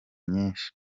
nyinshi